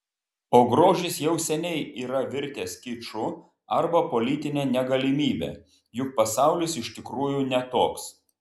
o grožis jau seniai yra virtęs kiču arba politine negalimybe juk pasaulis iš tikrųjų ne toks